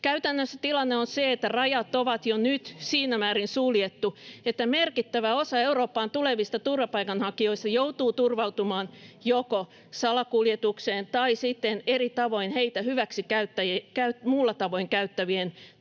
Käytännössä tilanne on se, että rajat on jo nyt siinä määrin suljettu, että merkittävä osa Eurooppaan tulevista turvapaikanhakijoista joutuu turvautumaan joko salakuljetukseen tai sitten heitä muulla tavoin hyväksikäyttävien toimijoiden